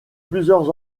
plusieurs